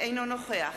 אינו נוכח